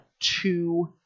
two